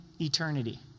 eternity